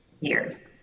years